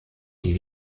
die